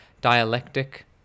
dialectic